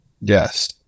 Yes